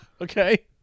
Okay